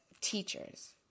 teachers